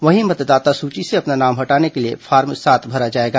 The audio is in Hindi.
वहीं मतदाता सूची से अपना नाम हटाने के लिए फॉर्म सात भरा जाएगा